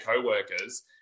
co-workers